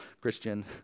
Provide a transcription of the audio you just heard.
Christian